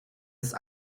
ist